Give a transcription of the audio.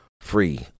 free